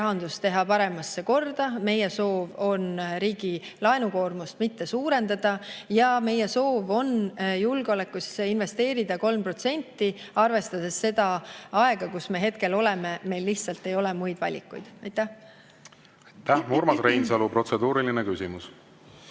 rahandus paremasse korda. Meie soov on riigi laenukoormust mitte suurendada ja meie soov on julgeolekusse investeerida 3% [SKP-st]. Arvestades seda aega, kus me hetkel oleme, meil lihtsalt ei ole muid valikuid. Aitäh! Urmas Reinsalu, protseduuriline küsimus.